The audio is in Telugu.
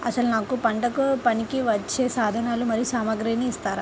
అసలు నాకు పంటకు పనికివచ్చే సాధనాలు మరియు సామగ్రిని ఇస్తారా?